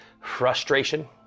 frustration